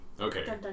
Okay